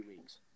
weeks